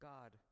God